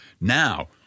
Now